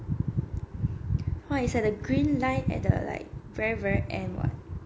orh is at the green line at the like very very end [what]